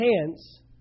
hands